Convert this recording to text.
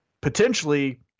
potentially